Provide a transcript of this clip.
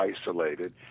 isolated